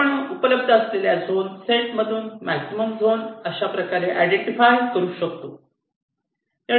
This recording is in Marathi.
आपण उपलब्ध असलेल्या झोन सेट मधून मॅक्झिमल झोन अशाप्रकारे आयडेंटिफाय करू शकतो